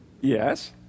Yes